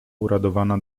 uradowana